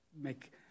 make